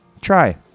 try